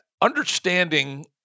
understanding